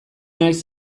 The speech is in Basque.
naiz